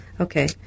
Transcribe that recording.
Okay